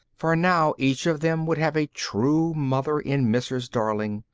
for now each of them would have a true mother in mrs. darling,